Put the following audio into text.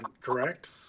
correct